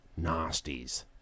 nasties